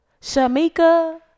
Shamika